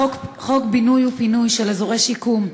חוק בינוי ופינוי של אזורי שיקום (כפר-שלם),